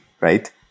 right